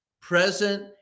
present